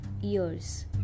years